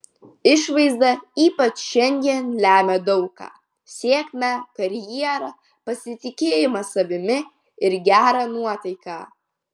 išvaizda ypač šiandien lemia daug ką sėkmę karjerą pasitikėjimą savimi ir gerą nuotaiką